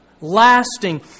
Lasting